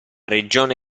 regione